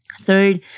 Third